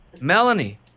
Melanie